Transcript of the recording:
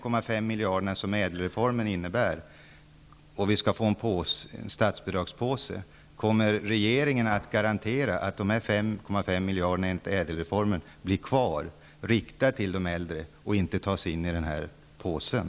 Om det nu skall skapas en s.k. statsbidragspåse, kommer regeringen att kunna garantera att de 5,5 miljarder kronorna till ÄDEL-reformen kommer att kvarstå och riktas till de äldre och inte kommer att tas med i påsen?